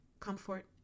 comfort